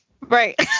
right